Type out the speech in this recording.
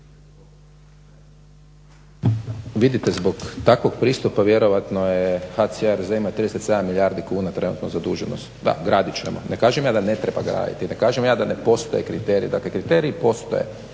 Vidite zbog takvog pristupa, vjerojatno je HCR-ov zajam od 37 milijardi kuna trenutno zaduženost, da graditi ćemo, ne kažem ja da ne treba graditi, ne kažem ja da ne postoje kriteriji, dakle kriteriji postoje